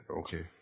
Okay